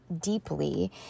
deeply